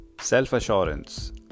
self-assurance